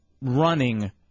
running